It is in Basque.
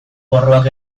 porruak